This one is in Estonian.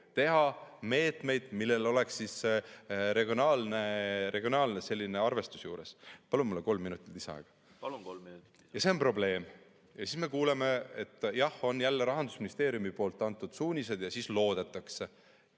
teha meetmeid, millel oleks regionaalne arvestus juures. Palun mulle kolm minutit lisaaega. Palun, kolm minutit. Ja see on probleem. Ja siis me kuuleme, et jah, on jälle Rahandusministeeriumist antud suunised ja loodetakse.